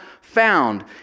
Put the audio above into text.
found